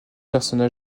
personne